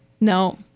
no